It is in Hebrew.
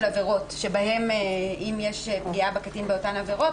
עבירות שאם יש פגיעה בקטין באותן עבירות,